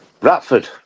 Ratford